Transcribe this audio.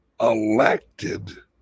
elected